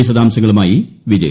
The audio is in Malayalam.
വിശദാംശങ്ങളുമായി വിജേഷ്